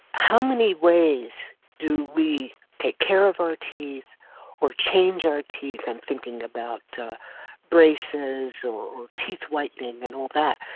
how many ways do we take care of our teeth or change our teeth? i'm thinking about braces or teeth-whitening and all that.